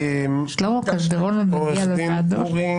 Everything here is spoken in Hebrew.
עו"ד אורי